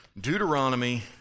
Deuteronomy